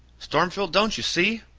stormfield, don't you see?